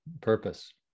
purpose